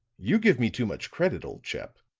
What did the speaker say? you give me too much credit, old chap.